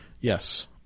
Yes